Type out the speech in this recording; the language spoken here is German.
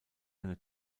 eine